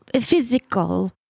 physical